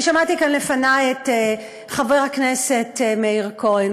אני שמעתי כאן לפני כן את חבר הכנסת מאיר כהן.